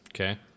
Okay